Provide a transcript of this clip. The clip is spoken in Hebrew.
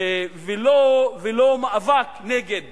ולא מאבק נגד